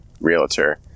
Realtor